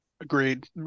Agreed